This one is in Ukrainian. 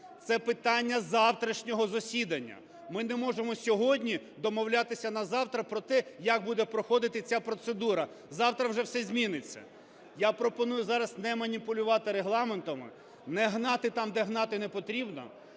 Це питання завтрашнього засідання, ми не можемо сьогодні домовлятися на завтра про те, як буде проходити ця процедура, завтра вже все зміниться. Я пропоную зараз не маніпулювати Регламентом, не гнати там, де гнати не потрібно.